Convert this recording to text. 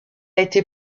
été